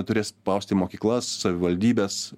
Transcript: turės spausti mokyklas savivaldybes